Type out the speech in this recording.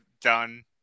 done